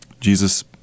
Jesus